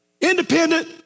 independent